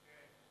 כן.